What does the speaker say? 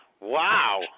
Wow